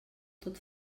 tot